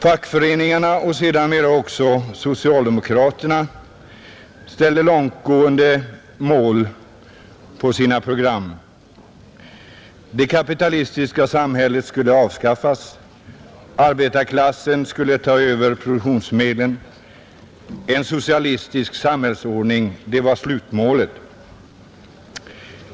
Fackföreningarna och sedermera också socialdemokraterna ställde upp långtgående mål i sina program. Det kapitalistiska samhället skulle avskaffas. Arbetarklassen skulle ta över produktionsmedlen. En socialistisk samhällsordning var slutmålet.